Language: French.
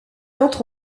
entre